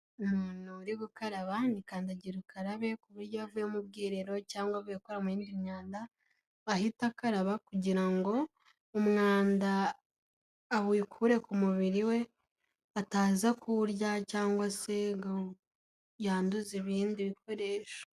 Umuntu uri gukaraba ni kandagira ukarabe, ku buryo avuye mu bwiherero cyangwa uvuyekora mu yindi myanda ahita akaba. Kugira ngo umwanda awukure ku mubiri we ataza kuwurya cyangwa se ngo yanduza ibindi bikoresho.